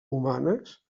humanes